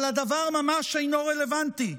אבל הדבר ממש אינו רלוונטי.